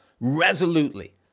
resolutely